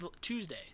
Tuesday